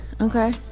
Okay